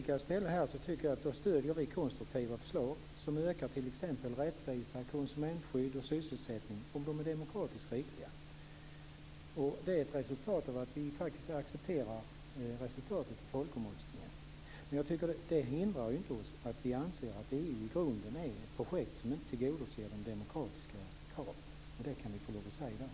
Jag tycker att vi stöder konstruktiva förslag som ökar rättvisa, konsumentskydd och sysselsättning - om förslagen är demokratiskt riktiga. Detta är ett resultat av att vi faktiskt accepterar resultatet i folkomröstningen. Det hindrar inte att vi i grunden anser att EU är ett projekt som inte tillgodoser demokratiska krav.